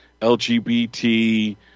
LGBT